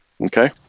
Okay